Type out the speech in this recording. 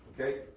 Okay